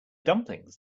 dumplings